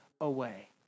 away